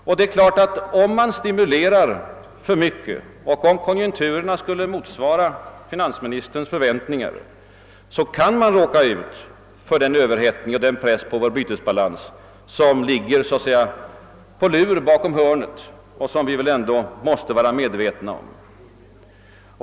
Om man stimulerar efterfrågan för mycket och om konjunkturerna skulle motsvara finansministerns förväntningar, kan vi givetvis råka ut för den överhettning och den press på vår bytesbalans som ligger på lur bakom hörnet och som vi alla bör vara medvetna om.